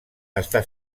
està